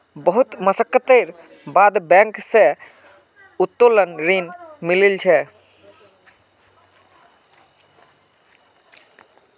बहुत मशक्कतेर बाद बैंक स उत्तोलन ऋण मिलील छ